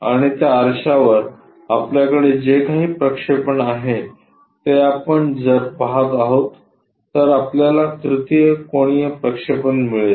आणि त्या आरशावर आपल्याकडे जे काही प्रक्षेपण आहे ते आपण जर पाहत आहोत तर आपल्याला तृतीय कोनीय प्रक्षेपण मिळेल